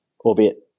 albeit